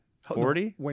Forty